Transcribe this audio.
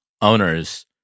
owners